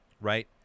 right